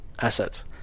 assets